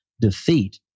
defeat